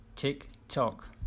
Tick-tock